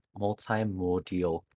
multimodal